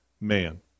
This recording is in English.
man